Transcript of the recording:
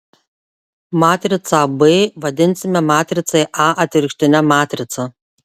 matricą b vadinsime matricai a atvirkštine matrica